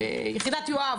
יחידת יואב,